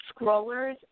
scrollers